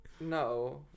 No